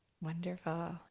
Wonderful